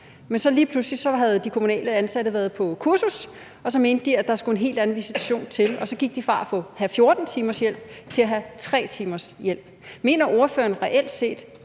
men så havde de kommunalt ansatte lige pludselig været på kursus, og så mente de, at der skulle en helt anden visitation til. Og så gik familien fra at få 14 timers hjælp til at få 3 timers hjælp. Mener ordføreren reelt set,